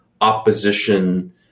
opposition